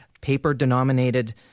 paper-denominated